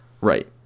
right